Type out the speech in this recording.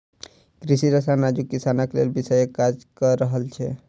कृषि रसायन आजुक किसानक लेल विषक काज क रहल छै